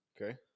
Okay